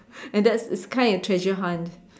and that's it's kind of treasure hunt